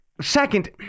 Second